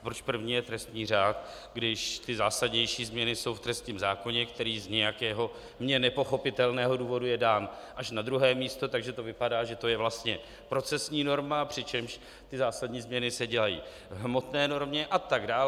Proč první je trestní řád, když ty zásadnější změny jsou v trestním zákoně, který z nějakého mně nepochopitelného důvodu je dán až na druhé místo, takže to vypadá, že to je vlastně procesní norma, přičemž ty zásadní změny se dělají v hmotné normě, atd.